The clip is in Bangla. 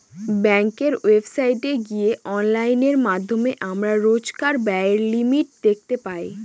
ব্যাঙ্কের ওয়েবসাইটে গিয়ে অনলাইনের মাধ্যমে আমরা রোজকার ব্যায়ের লিমিট দেখতে পাই